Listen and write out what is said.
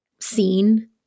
seen